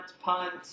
punt